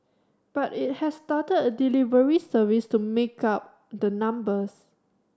but it has started a delivery service to make up the numbers